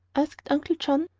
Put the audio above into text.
asked uncle john.